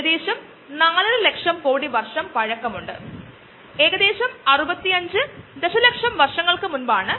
പോഷക ചാറിലെ പോഷകങ്ങൾ ഉപയോഗിച്ച് ഇന്നോകുലം നമ്മൾ ചേർത്ത ചെറിയ അളവിലുള്ള തൈര് അതിൽ ഓർഗാനിസം അടങ്ങുന്ന ഇടത്തരം പോഷക ഉപയോഗപ്പെടുത്തി വളരുന്നു